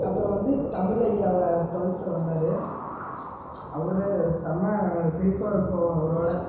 அப்புறம் வந்து தமிழய்யாவை டுவெல்த்ல வந்தார் அவர் செம சிரிப்பாக இருக்கும் அவரோட